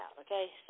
okay